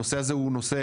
הנושא הזה הוא נושא,